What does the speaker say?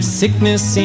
sickness